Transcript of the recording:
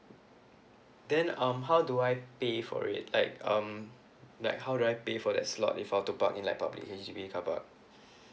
then um how do I pay for it like um like how do I pay for that slot if I want to park in like public H_D_B carpark